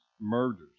murders